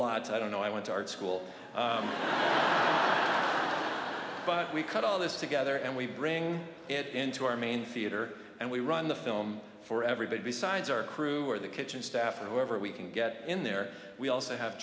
lot i don't know i went to art school i but we cut all this together and we bring it into our main feeder and we run the film for everybody besides our crew or the kitchen staff and whoever we can get in there we also have